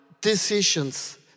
decisions